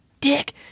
dick